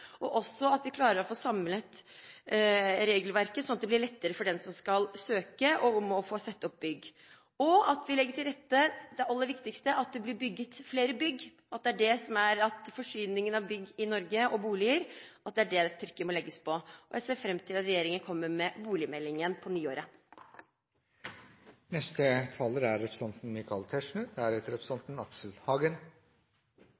og også hvor viktig det er at man jobber sammen i de ulike departementene for å få samlet regelverket, slik at det blir lettere for dem som skal søke om å få sette opp bygg. Det aller viktigste er at vi legger til rette for at det blir bygd flere bygg, og at trykket legges på forsyningen av bygg og boliger i Norge. Jeg ser fram til at regjeringen kommer med boligmeldingen på